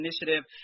Initiative